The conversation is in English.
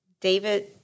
David